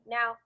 Now